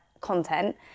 content